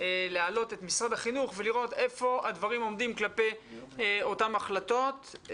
להעלות את משרד החינוך ולראות איפה הדברים עומדים כלפי אותן החלטות.